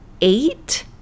eight